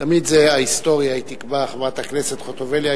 תמיד ההיסטוריה תקבע, חברת הכנסת חוטובלי.